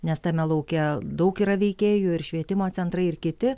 nes tame lauke daug yra veikėjų ir švietimo centrai ir kiti